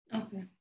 okay